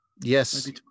Yes